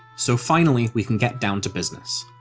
so finally we can get down to business.